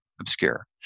obscure